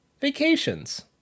vacations